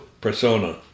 persona